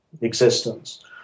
existence